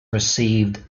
received